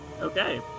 okay